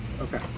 Okay